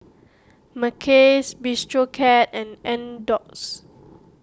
Mackays Bistro Cat and